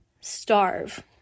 starve